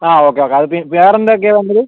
ആ okay okay വേറെയെന്തൊക്കെയാണ് വേണ്ടത്